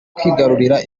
kwigarurira